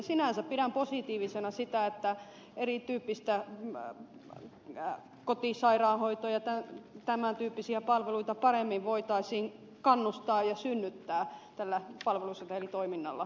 sinänsä pidän positiivisena sitä että erityyppistä kotisairaanhoitoa ja tämän tyyppisiä palveluja paremmin voitaisiin kannustaa ja synnyttää tällä palvelusetelitoiminnalla